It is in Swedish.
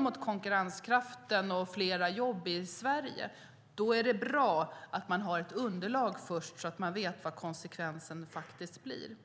mot konkurrenskraften och fler jobb i Sverige. Då är det bra att man har ett underlag först, så att man vet vad konsekvensen faktiskt blir.